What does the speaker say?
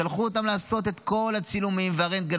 שלחו אותם לעשות את כל הצילומים והרנטגן,